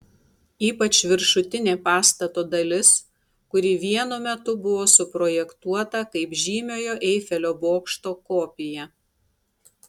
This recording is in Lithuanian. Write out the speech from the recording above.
ypač viršutinė pastato dalis kuri vienu metu buvo suprojektuota kaip žymiojo eifelio bokšto kopija